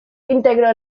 integró